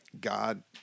God